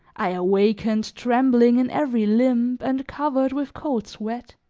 i awakened trembling in every limb and covered with cold sweat.